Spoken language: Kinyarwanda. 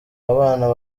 abana